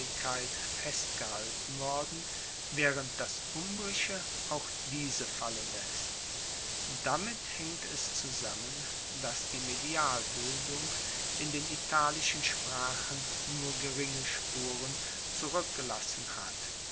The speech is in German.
festgehalten worden waehrend das umbrische auch diese fallen laesst damit haengt es zusammen dass die medialbildung in den italischen sprachen nur geringe spuren zurueckgelassen hat